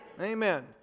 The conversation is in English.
Amen